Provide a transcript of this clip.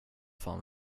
fan